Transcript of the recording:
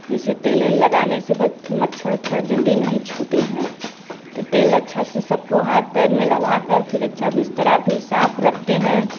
जिसे तेल येल लगाने से मच्छर ओच्छर जल्दी नहीं छूटे हैं तो तेल अच्छा से सबको हाथ पैर में लगाकर फिर अच्छा बिस्तर भी साफ रखते हैं